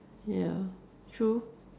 ya true